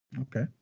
okay